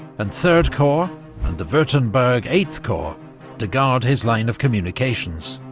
and third corps and the wurttemberg eighth corps to guard his line of communications.